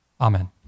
Amen